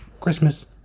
Christmas